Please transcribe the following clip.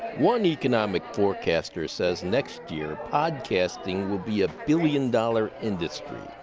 one economic forecaster says next year, podcasting will be a billion dollar industry.